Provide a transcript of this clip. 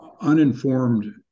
uninformed